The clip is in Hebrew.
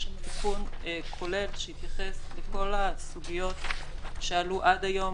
תיקון כולל שיתייחס לכל הסוגיות שעלו עד היום,